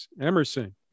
Emerson